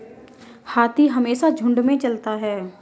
हाथी हमेशा झुंड में चलता है